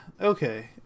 Okay